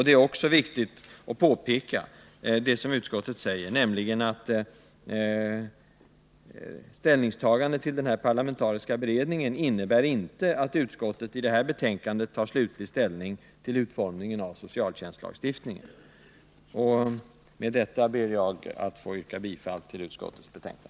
Det är också viktigt att peka på utskottets uttalande, att ställningstagandet i fråga om den parlamentariska beredningen inte innebär att utskottet i det här betänkandet tar slutlig ställning till utformningen av sociallagstiftningen. Med detta ber jag att få yrka bifall till utskottets hemställan.